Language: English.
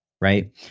Right